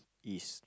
east